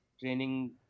training